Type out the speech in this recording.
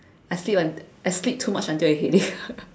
I sleep until I sleep too much until I headache